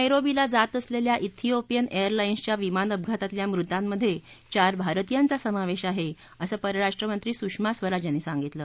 नद्येमीला जात असलेल्या श्रियोपियन एअरलाईन्सच्या विमान अपघातातल्या मृतांमध्ये चार भारतीयांचा समावेश आहे असं परराष्ट्र मंत्री सुषमा स्वराज यांनी सांगितलं